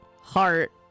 heart